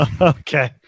Okay